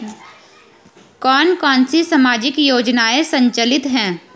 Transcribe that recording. कौन कौनसी सामाजिक योजनाएँ संचालित है?